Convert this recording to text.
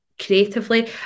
creatively